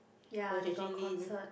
while J_J-Lin